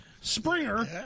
Springer